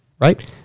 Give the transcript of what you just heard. right